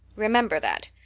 remember that.